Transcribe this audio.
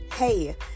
Hey